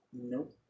Nope